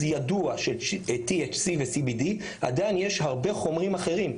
ידוע עדיין יש עוד הרבה חומרים אחרים,